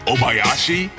Obayashi